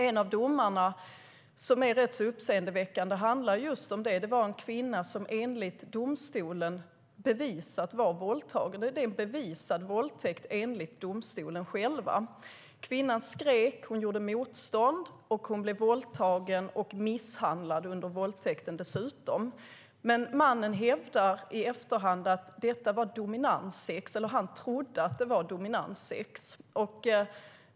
En av domarna, som är rätt uppseendeväckande, handlar just om det. Det var en kvinna som enligt domstolen bevisat var våldtagen. Det är en bevisad våldtäkt, enligt domstolen själv. Kvinnan skrek och gjorde motstånd. Hon blev våldtagen och dessutom misshandlad under våldtäkten. Mannen hävdar i efterhand att han trodde att det var dominanssex.